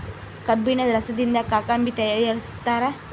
ಕಬ್ಬಿಣ ರಸದಿಂದ ಕಾಕಂಬಿ ತಯಾರಿಸ್ತಾರ